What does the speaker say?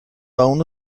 اونو